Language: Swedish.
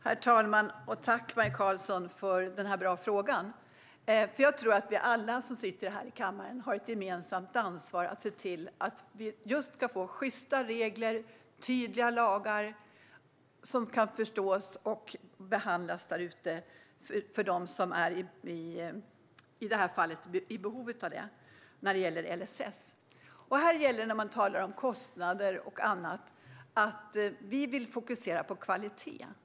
Herr talman! Tack, Maj Karlsson, för en bra fråga! Jag tror att alla vi som sitter i den här kammaren har ett gemensamt ansvar att se till att vi ska få sjysta regler och tydliga lagar som kan förstås och behandlas rätt för dem som är i behov av det när det gäller LSS. När det gäller kostnader och annat vill vi fokusera på kvalitet.